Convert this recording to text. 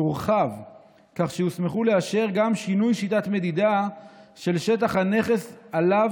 תורחב כך שיוסמכו לאשר גם שינוי שיטת מדידה של שטח הנכס שעליו